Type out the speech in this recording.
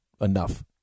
enough